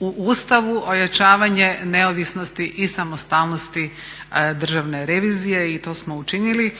u Ustavu ojačavanje neovisnosti i samostalnosti Državne revizije. I to smo učinili